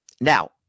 Now